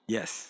Yes